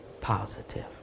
positive